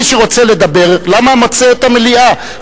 מי שרוצה לדבר, למה מוצא את המליאה?